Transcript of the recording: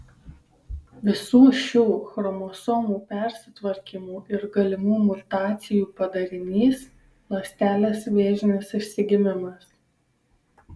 visų šių chromosomų persitvarkymų ir galimų mutacijų padarinys ląstelės vėžinis išsigimimas